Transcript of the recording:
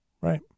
Right